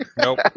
Nope